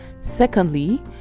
Secondly